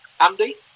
Andy